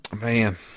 Man